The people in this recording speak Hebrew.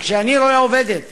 כי כשאני רואה עובדת